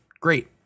great